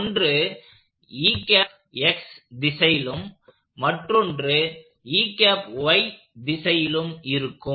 ஒன்று திசையிலும் மற்றொன்று திசையிலும் இருக்கும்